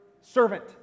servant